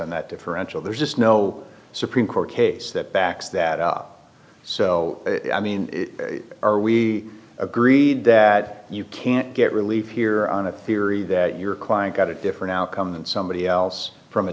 on that differential there's just no supreme court case that backs that up so i mean are we agreed that you can't get relief here on a theory that your client got a different outcome than somebody else from a